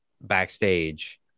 backstage